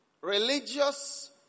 Religious